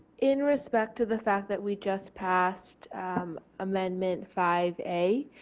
in respect to the fact that we just passed amendment five a